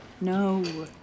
No